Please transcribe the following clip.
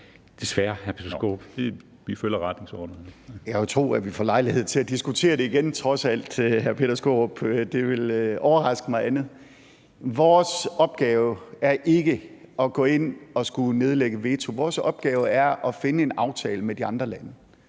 Jeg vil tro, at vi trods alt får lejlighed til at diskutere det igen, hr. Peter Skaarup – det ville overraske mig andet. Vores opgave er ikke at gå ind og skulle nedlægge veto. Vores opgave er at finde en aftale med de andre lande,